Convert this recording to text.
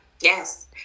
Yes